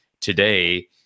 today